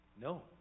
no